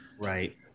Right